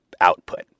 output